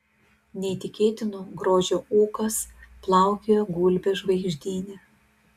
neįtikėtino grožio ūkas plaukioja gulbės žvaigždyne